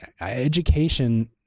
education